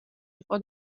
იყო